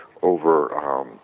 over